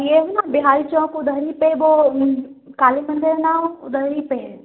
ये है न बिहारी चौक उधर ही पर वो काली मंदिर है ना उधर ही पर है